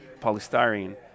polystyrene